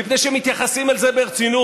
מפני שהם מתייחסים אל זה ברצינות.